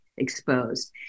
Exposed